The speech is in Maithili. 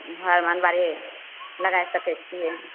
घरमे अलमारी लगाए सकैत छियै